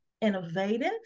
innovative